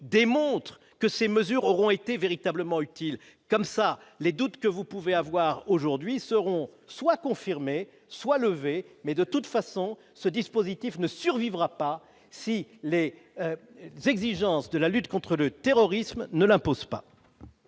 démontre que ces mesures auront été véritablement utile comme ça les doutes que vous pouvez avoir aujourd'hui seront soit confirmer soit levé, mais de toute façon, ce dispositif ne survivra pas si les exigences de la lutte contre le terrorisme ne l'impose pas.